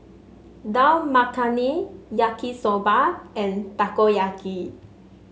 Dal Makhani Yaki Soba and Takoyaki